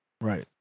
Right